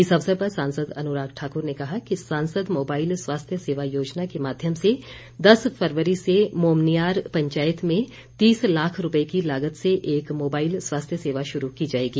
इस अवसर पर सांसद अनुराग ठाकुर ने कहा कि सांसद मोबाइल स्वास्थ्य सेवा योजना के माध्यम से दस फरवरी से मोमनियार पंचायत में तीस लाख रुपए की लागत से एक मोबाइल स्वास्थ्य सेवा शुरू की जाएगी